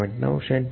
9 cm